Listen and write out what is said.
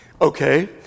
okay